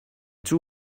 too